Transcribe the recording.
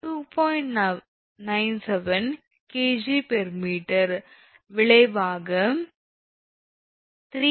97 𝐾𝑔𝑚 விளைவாக 3